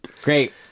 Great